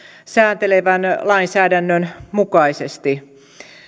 sääntelevän lainsäädännön mukaisesti